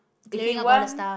if you want